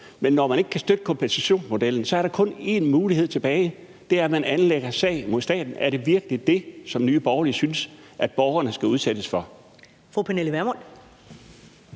Når man ikke kan støtte kompensationsmodellen, er der kun én mulighed tilbage for borgerne, og det er at anlægge sag mod staten. Er det virkelig det, som Nye Borgerlige synes borgerne skal udsættes for?